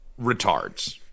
retards